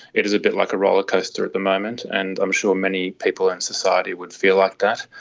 it is a bit like a rollercoaster at the moment and i'm sure many people in society would feel like that.